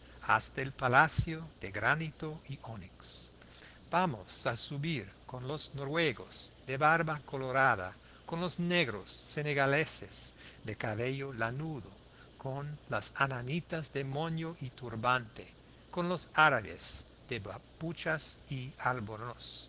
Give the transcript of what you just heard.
hasta el palacio de granito y ónix vamos a subir con los noruegos de barba colorada con los negros senegaleses de cabello lanudo con los anamitas de moño y turbante con los árabes de babuchas y albornoz